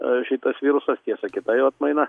šitas virusas tiesa kita jo atmaina